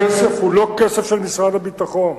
הכסף הוא לא כסף של משרד הביטחון,